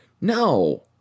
no